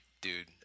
dude